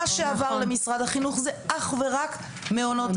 מה שעבר למשרד החינוך, זה אך ורק מעונות היום.